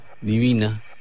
divina